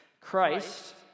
Christ